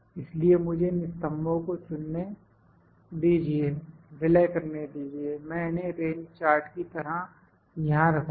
इसलिए मुझे इन स्तंभों को चुनने दीजिए विलय करने दीजिए मैं इन्हें रेंज चार्ट की तरह यहां रखूंगा